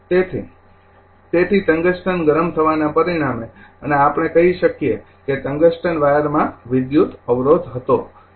તેથી તેથી ટંગસ્ટન ગરમ થવાને પરિણામે અને આપણે કહી શકીએ કે ટંગસ્ટન વાયરમાં ઇલેક્ટ્રિકલ અવરોધ હતો